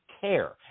care